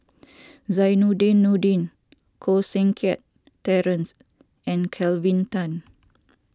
Zainudin Nordin Koh Seng Kiat Terence and Kelvin Tan